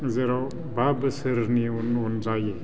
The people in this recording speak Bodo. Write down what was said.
जेराव बा बोसोरनि उन उनाव जायो